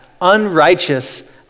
unrighteous